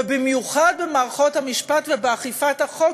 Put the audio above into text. ובמיוחד במערכות המשפט ובאכיפת החוק,